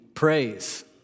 Praise